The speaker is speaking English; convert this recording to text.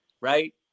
right